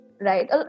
Right